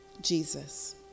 Jesus